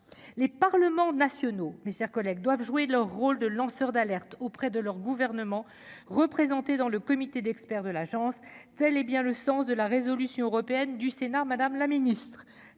mes chers collègues doivent jouer leur rôle de lanceur d'alerte auprès de leurs gouvernements représentés dans le comité d'experts de l'Agence telle hé bien le sens de la résolution européenne du Sénat, Madame la Ministre,